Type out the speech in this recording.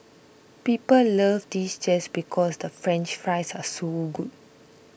people love this just because the French Fries are so good